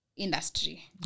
industry